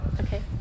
Okay